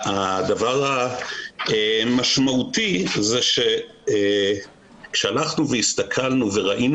והדבר המשמעותי זה שכשהלכנו והסתכלנו וראינו